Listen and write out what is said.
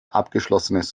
abgeschlossenes